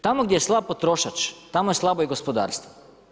Tamo gdje je slab potrošač, tamo je slabo i gospodarstvo.